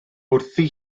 wrthi